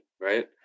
right